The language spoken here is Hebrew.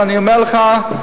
ואני אומר לכם,